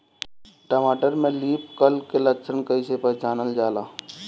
टमाटर में leaf curl के लक्षण कइसे पहचानल जाला?